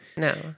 No